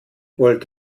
wollt